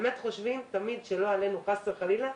חושבים שלא עלינו, חס וחלילה,